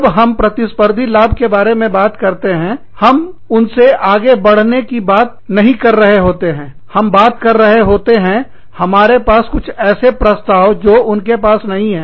जब हम प्रतिस्पर्धी लाभ के बारे में बात करते हैं हम उनसे आगे बढ़ने की बात नहीं कर रहे होते हैं हम बात कर रहे होते हैं हमारे पास कुछ ऐसे प्रस्ताव जो उनके पास नहीं है